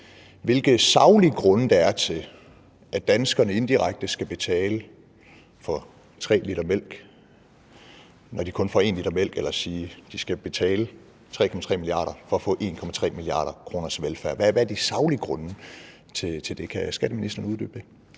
hvilke saglige grunde der er til, at danskerne indirekte skal betale for 3 l mælk, når de kun får 1 l mælk – de skal betale 3,3 mia. kr. for at få velfærd for 1,3 mia. kr.? Hvad er de saglige grunde til det? Kan skatteministeren uddybe det?